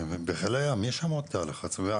שבחיל הים יש עוד תא לחץ,